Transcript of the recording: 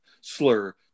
slur